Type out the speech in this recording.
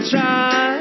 Try